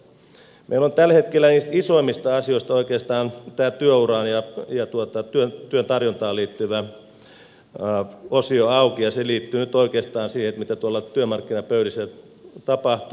meillä on tällä hetkellä isoimmista asioista oikeastaan työuraan ja työn tarjontaan liittyvä osio auki ja se liittyy nyt oikeastaan siihen mitä tuolla työmarkkinapöydissä tapahtuu